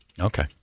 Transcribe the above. Okay